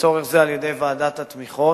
לצורך זה, על-ידי ועדת התמיכות.